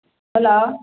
hello